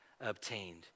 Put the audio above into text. obtained